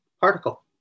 particle